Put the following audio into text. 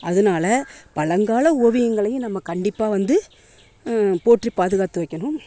அதனால பழங்கால ஓவியங்களையும் நம்ம கண்டிப்பாக வந்து போற்றி பாதுகாத்து வைக்கணும்